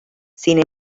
sin